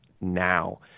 now